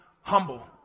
humble